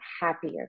happier